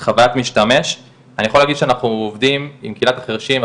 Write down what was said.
אנחנו עובדים עם קהילת החרשים.